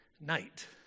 night